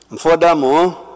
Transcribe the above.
Furthermore